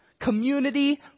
community